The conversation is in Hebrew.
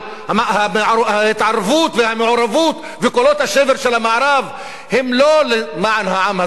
ההתערבות והמעורבות וקולות השבר של המערב הם לא למען העם הסורי,